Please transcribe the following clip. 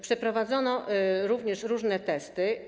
Przeprowadzono również różne testy.